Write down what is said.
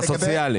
בסוציאלי.